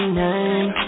name